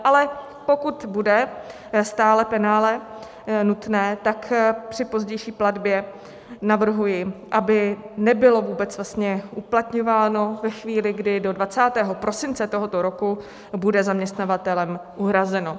Ale pokud bude stále penále nutné, tak při pozdější platbě navrhuji, aby nebylo vůbec vlastně uplatňováno ve chvíli, kdy do 20. prosince tohoto roku bude zaměstnavatelem uhrazeno.